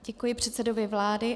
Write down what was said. Děkuji předsedovi vlády.